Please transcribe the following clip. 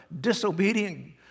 disobedient